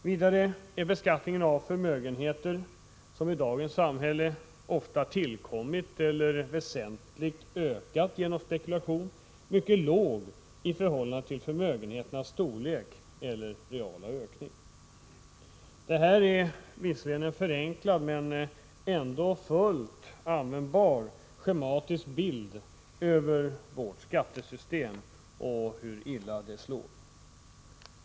Vidare är beskattningen av förmögenheter, som i dagens samhälle ofta tillkommit eller väsentligt ökat genom spekulation, mycket låg i förhållande till förmögenheternas storlek eller reala ökning. Detta är visserligen en förenklad men ändå fullt användbar schematisk bild av vårt skattesystem och av hur illa det slår.